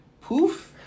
poof